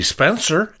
Spencer